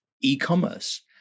e-commerce